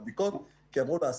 כי אמרו לה,